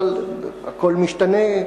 אבל הכול משתנה.